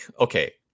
okay